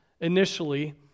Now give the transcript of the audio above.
initially